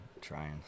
Trying